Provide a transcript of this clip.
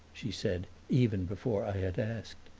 she said, even before i had asked.